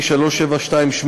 התשע"ז 2017,